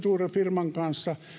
suuren firman kanssa